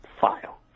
file